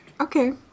okay